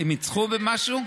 הם ניצחו במשהו?